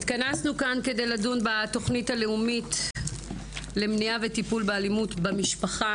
התכנסנו כאן כדי לדון בתוכנית הלאומית למניעה וטיפול באלימות במשפחה,